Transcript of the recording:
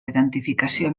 identificació